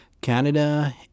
Canada